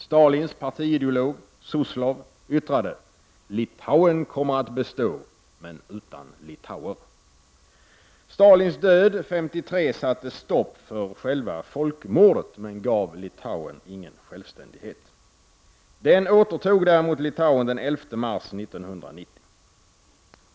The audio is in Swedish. Stalins partiideolog, Suslov, yttrade: ”Litauen kommer att bestå, men utan litauer.” Stalins död 1953 satte stopp för själva folkmordet, men gav inte Litauen självständighet. Den återtog Litauen däremot den 11 mars 1990.